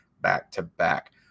back-to-back